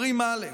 אומרים אל"ף,